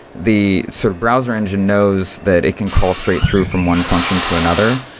the sort of browser engine knows that it can call straight through from one function to another.